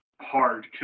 hard